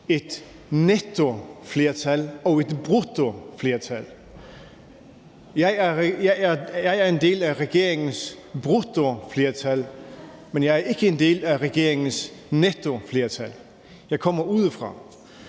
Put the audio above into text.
et nettoflertal og et bruttoflertal. Jeg er en del af regeringens bruttoflertal, men jeg er ikke en del af regeringens nettoflertal – jeg kommer udefra.